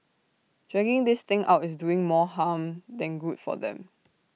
dragging this thing out is doing more harm than good for them